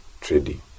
trading